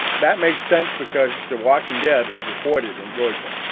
that makes sense because the walking dead recorded in georgia.